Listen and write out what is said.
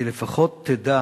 כי לפחות תדע